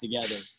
together